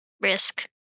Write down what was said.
risk